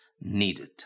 needed